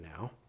now